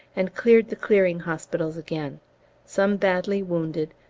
and cleared the clearing hospitals again some badly wounded,